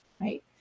Right